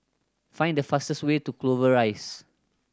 find the fastest way to Clover Rise